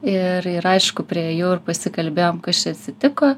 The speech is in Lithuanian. ir ir aišku priėjau ir pasikalbėjom kas čia atsitiko